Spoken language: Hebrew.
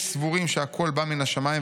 יש סבורים שהקול בא מן השמיים,